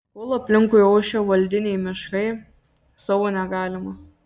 kol aplinkui ošia valdiniai miškai savo negalima